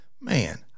man